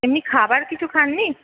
এমনি খাবার কিছু খাননি